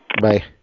Bye